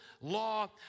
law